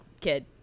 kid